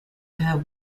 have